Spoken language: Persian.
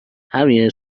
همین